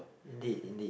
indeed indeed